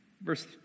Verse